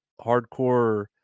hardcore